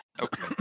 Okay